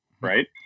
right